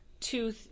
two